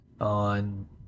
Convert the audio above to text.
on